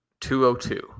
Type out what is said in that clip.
202